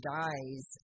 dies